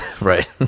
Right